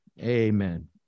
Amen